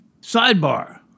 Sidebar